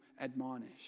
admonish